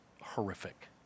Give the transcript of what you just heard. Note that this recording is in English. horrific